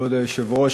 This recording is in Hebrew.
כבוד היושב-ראש,